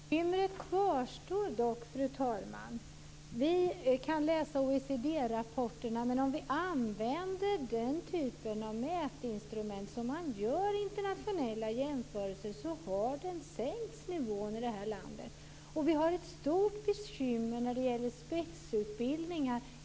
Fru talman! Bekymret kvarstår dock. Vi kan läsa OECD-rapporterna, men om vi använder den typ av mätinstrument som man har i internationella jämförelser ser vi att nivån i landet har sänkts. Vi har ett stort bekymmer när det gäller spetsutbildningar.